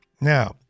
Now